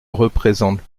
représente